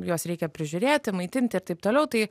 juos reikia prižiūrėti maitinti ir taip toliau tai